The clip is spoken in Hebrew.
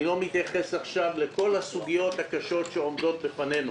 אני לא מתייחס עכשיו לכל הסוגיות הקשות שעומדות בפנינו.